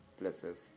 places